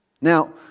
Now